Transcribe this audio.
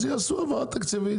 אז יעשו העברה תקציבית.